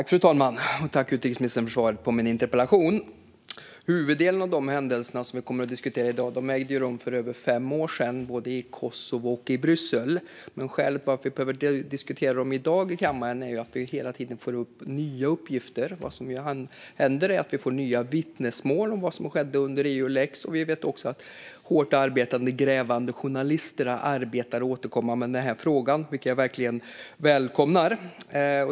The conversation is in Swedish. Fru talman! Tack, utrikesministern, för svaret på min interpellation! Huvuddelen av de händelser som vi kommer att diskutera i dag ägde rum för över fem år sedan, både i Kosovo och i Bryssel. Men skälet till att vi behöver diskutera dem i dag i kammaren är att det hela tiden kommer nya uppgifter. Vad som händer är att vi får nya vittnesmål om vad som skedde under Eulex. Vi vet också att hårt arbetande grävande journalister återkommande arbetar med frågan, vilket jag verkligen välkomnar.